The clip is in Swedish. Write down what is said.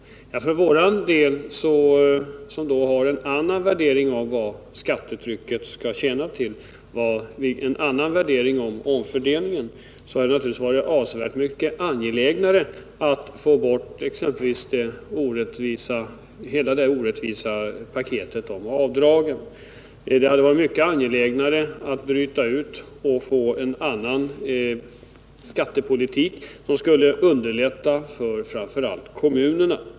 För oss som har en annan värdering när det gäller fördelningen av skattetrycket hade det naturligtvis varit mycket angelägnare att få bort exempelvis hela det orättvisa paketet om avdragen och få en skattepolitik som underlättar för kommunerna.